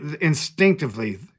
instinctively